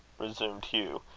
resumed hugh,